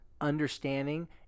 understanding